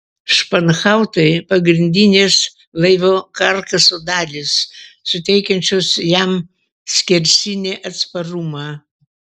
španhautai pagrindinės laivo karkaso dalys suteikiančios jam skersinį atsparumą